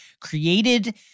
created